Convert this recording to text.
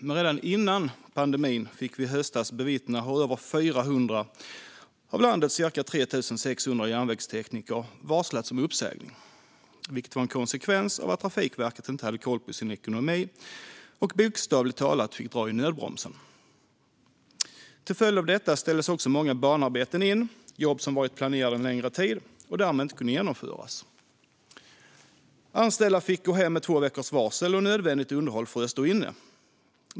Men redan före pandemin, i höstas, fick vi bevittna hur över 400 av landets ca 3 600 järnvägstekniker varslades om uppsägning, vilket var en konsekvens av att Trafikverket inte hade koll på sin ekonomi och bokstavligt talat fick dra i nödbromsen. Till följd av detta ställdes också många banarbeten in - jobb som varit planerade en längre tid men inte kunde genomföras. Anställda fick gå hem med två veckors varsel, och nödvändigt underhåll frös inne.